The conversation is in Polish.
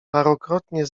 parokrotnie